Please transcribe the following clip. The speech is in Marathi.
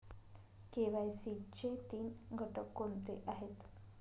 के.वाय.सी चे तीन घटक कोणते आहेत?